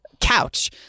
couch